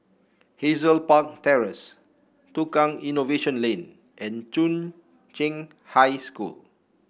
Hazel Park Terrace Tukang Innovation Lane and Chung Cheng High School